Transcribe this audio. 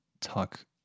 talk